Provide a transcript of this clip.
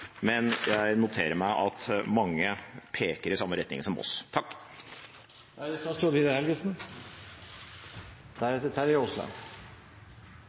men jeg noterer meg at mange peker i samme retning som oss. Den nye klimaavtalen som vi fikk i Paris før jul, er